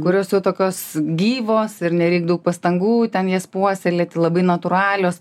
kurios jau tokios gyvos ir nereik daug pastangų ten jas puoselėti labai natūralios